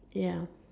ya